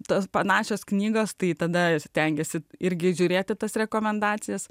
tas panašios knygos tai tada stengiesi irgi žiūrėti tas rekomendacijas